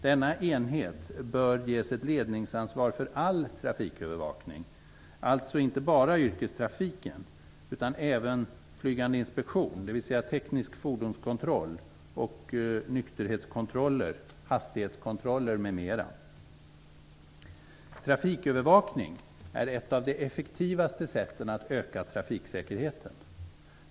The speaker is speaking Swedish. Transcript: Denna enhet bör ges ett ledningsansvar för all trafikövervakning, alltså inte bara yrkestrafiken utan även flygande inspektion, dvs. Trafikövervakning är ett av de effektivaste sätten att öka trafiksäkerheten.